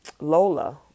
Lola